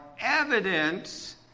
evidence